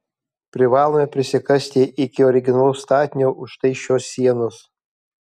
privalome prisikasti iki originalaus statinio už štai šios sienos